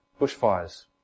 bushfires